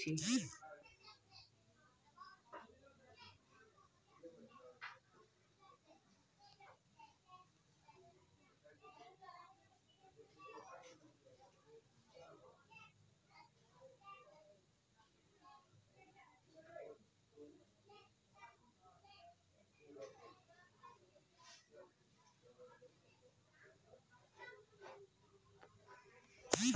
ATM मत जाइ खूना टी खुद अपनार डेबिट कार्डर पिन बदलवा सख छि